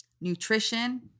nutrition